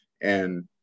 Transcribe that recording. And-